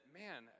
man